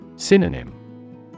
Synonym